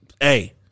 hey